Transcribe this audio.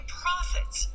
profits